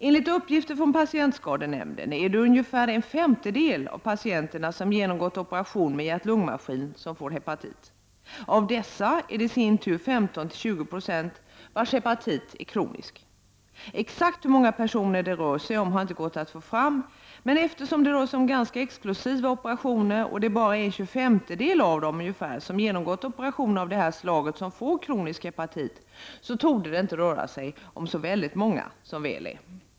Enligt uppgift från patientskadenämnden är det ungefär en femtedel av patienterna som genomgått operation med hjärt-lungmaskin som får hepatit. Av dessa är det i sin tur 15—20 26 vars hepatit blir kronisk. Exakt hur många personer det rör sig om har inte gått att få fram, men eftersom det rör sig om ganska exklusiva operationer och det bara är en tjugofemtedel av dem som genomgått operation av det här slaget som får kronisk hepatit, torde det inte röra sig om så väldigt många — som väl är.